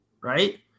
right